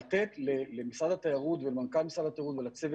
ולכן אני חושב שצריך לתת למשרד התיירות ולמנכ"ל משרד התיירות ולצוות